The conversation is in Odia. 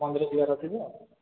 ମନ୍ଦିର ଯିବାର ଅଛି ତ